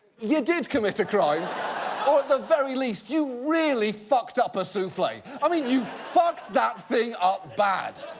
you did commit a crime, or at the very least, you really fucked up a souffle. i mean, you fucked that thing up bad.